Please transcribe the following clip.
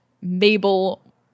Mabel